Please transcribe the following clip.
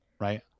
Right